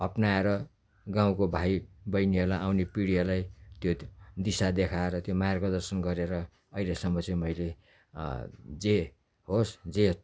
अप्नाएर गाउँको भाइ बहिनीहरूलाई आउने पिँढीहरूलाई त्यो दिशा देखाएर त्यो मार्गदर्शन गरेर अहिलेसम्म चाहिँ मैले जे होस् जे